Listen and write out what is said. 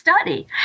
study